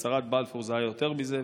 בהצהרת בלפור זה היה יותר מזה,